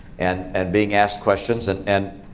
and and being asked questions. and and